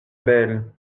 belle